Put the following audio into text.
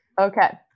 Okay